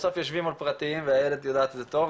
בסוף יושבים מול פרטים ואיילת יודעת את זה טוב,